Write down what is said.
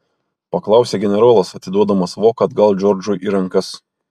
paklausė generolas atiduodamas voką atgal džordžui į rankas